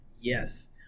Yes